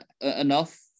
enough